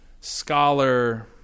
scholar